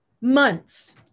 months